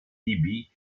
libye